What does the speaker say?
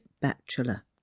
bachelor